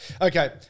Okay